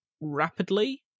rapidly